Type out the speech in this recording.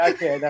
Okay